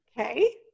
Okay